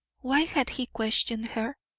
why had he questioned her?